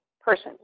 person